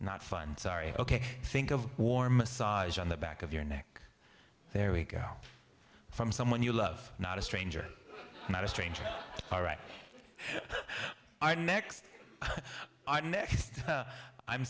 not fun sorry ok think of warm massage on the back of your neck there we go from someone you love not a stranger not a stranger all right our next our next i'm